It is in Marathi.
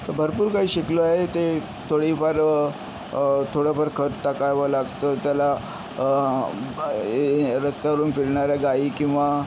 तर भरपूर काही शिकलो आहे ते थोडीफार थोडंफार खत टाकावं लागतं त्याला ए रस्त्यावरून फिरणाऱ्या गाई किंवा